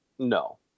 No